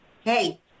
hey